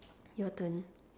your turn